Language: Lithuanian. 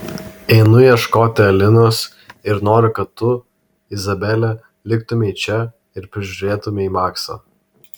einu ieškoti alinos ir noriu kad tu izabele liktumei čia ir prižiūrėtumei maksą